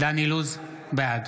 בעד